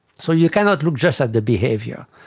so you cannot look just at the behaviour.